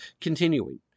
Continuing